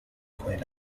queen